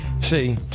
See